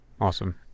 awesome